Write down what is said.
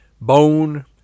bone